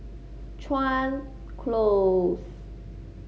Chuan Close